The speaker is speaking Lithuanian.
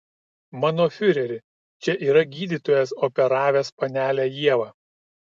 mano fiureri čia yra gydytojas operavęs panelę ievą